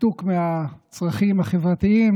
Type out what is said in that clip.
ניתוק מהצרכים החברתיים,